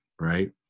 right